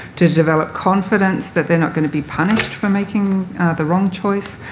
to develop confidence that they're not going to be punished for making the wrong choice.